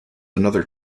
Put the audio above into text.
another